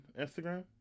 Instagram